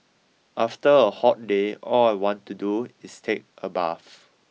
after a hot day all I want to do is take a bath